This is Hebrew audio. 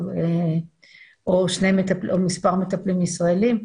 או מספר מטפלים ישראלים.